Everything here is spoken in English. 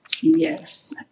Yes